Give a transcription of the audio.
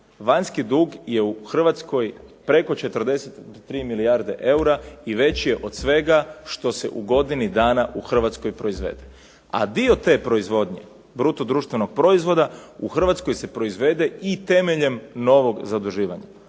Vanjski dug je u Hrvatskoj preko 43 milijarde eura i veći je od svega što se u godini dana u Hrvatskoj proizvede. A dio te proizvodnje bruto društvenog proizvoda u Hrvatskoj se proizvede i temeljem novog zaduživanja.